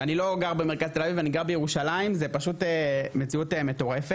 ואני לא גר במרכז תל אביב אני גר בירושלים וזה פשוט מציאות מטורפת.